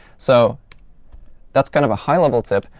so that's kind of a high-level tip.